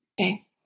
Okay